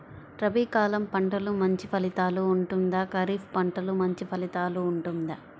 రబీ కాలం పంటలు మంచి ఫలితాలు ఉంటుందా? ఖరీఫ్ పంటలు మంచి ఫలితాలు ఉంటుందా?